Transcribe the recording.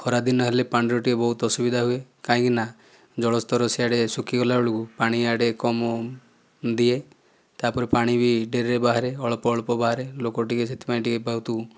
ଖରାଦିନ ହେଲେ ପାଣିରେ ଟିକିଏ ବହୁତ ଅସୁବିଧା ହୁଏ କାହିଁକି ନାଁ ଜଳସ୍ତର ସିଆଡ଼େ ଶୁଖିଗଲା ବେଳକୁ ପାଣି ଇଆଡ଼େ କମ ଦିଏ ତା'ପରେ ପାଣି ବି ଡେରିରେ ବାହାରେ ଅଳ୍ପ ଅଳ୍ପ ବାହାରେ ଲୋକ ଟିକିଏ ସେଥିପାଇଁ ଟିକିଏ ବହୁତ